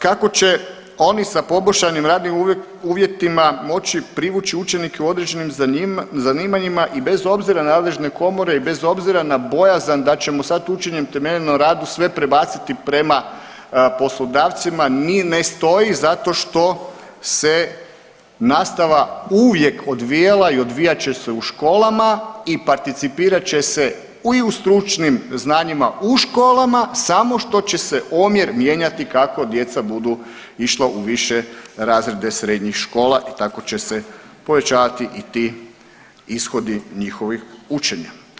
Kako će oni sa poboljšanim radnim uvjetima moći privući učenike u određenim zanimanjima i bez obzira na nadležne komore i bez obzira na bojazan da ćemo sad učenjem temeljenom na radu sve prebaciti prema poslodavcima ni ne stoji zato što se nastava uvijek odvija i odvijat će se u školama i participirat će se i u stručnim znanjima u školama samo što će se omjer mijenjati kako djeca budu išla u više razrede srednjih škola i tako će se povećavati i ti ishodi njihovih učenja.